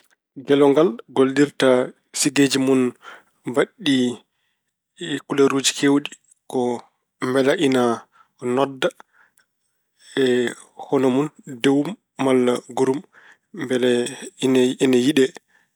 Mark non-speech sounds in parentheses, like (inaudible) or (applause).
Ngelongal gollirta sigeeji mun mbaɗɗi kuleeruuji keewɗi ko mbele ina nodda (hesitation) hono mun, dewum walla gorum mbele ina- ina yiɗee.